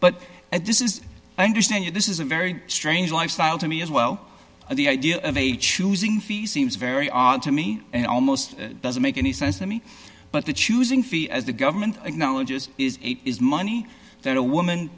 but at this is i understand you this is a very strange lifestyle to me as well the idea of a choosing fees seems very odd to me and almost doesn't make any sense to me but the choosing fee as the government acknowledges is is money that a woman